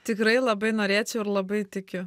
tikrai labai norėčiau ir labai tikiu